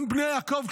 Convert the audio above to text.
גם בני יעקב,